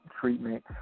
treatment